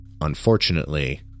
unfortunately